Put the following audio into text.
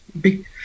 big